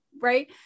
right